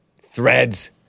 Threads